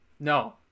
no